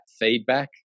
feedback